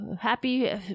happy